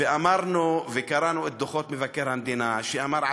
ואמרנו וקראנו את דוחות מבקר המדינה שאמר על